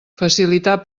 facilitar